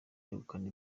yegukana